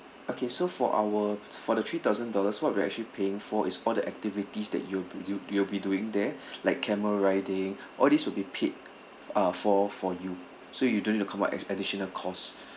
okay so for our for the three thousand dollars what we are actually paying for is all the activities that you'll b~ you'll you'll be doing there like camel riding all this will be paid ah for for you so you don't need to come up with additional cost